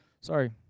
Sorry